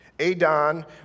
Adon